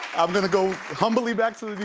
i'm gonna go humbly back to